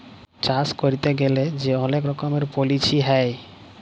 চাষ ক্যইরতে গ্যালে যে অলেক রকমের পলিছি হ্যয়